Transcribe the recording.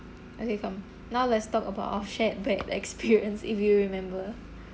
okay come now let's talk about our shared bad experience if you remember